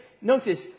notice